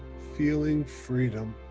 feeling freedom!